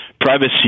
privacy